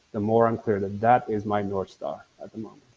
the more i'm clear that that is my north star at the moment.